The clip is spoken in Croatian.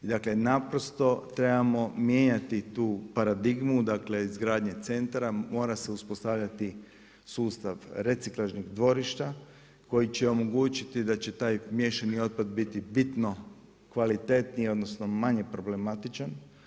I dakle naprosto trebamo mijenjati tu paradigmu, dakle izgradnju centara, mora se uspostavljati sustav reciklažnih dvorišta koji će omogućiti da će taj miješani otpad biti bitno kvalitetniji odnosno manje problematičan.